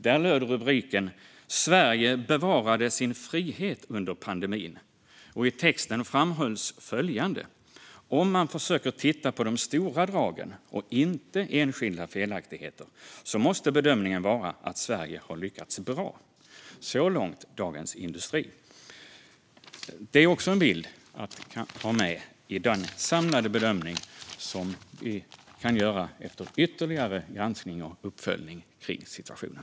Där löd rubriken "Sverige bevarade sin frihet under pandemin", och i texten framhölls följande: "Om man alltså försöker titta på de stora dragen och inte enskilda felaktigheter, måste bedömningen bli att Sverige har lyckats bra." Så långt Dagens industri. Det är också en bild att ha med i den samlade bedömning som vi kan göra efter ytterligare granskning och uppföljning av situationen.